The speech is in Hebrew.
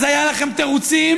אז היו לכם תירוצים,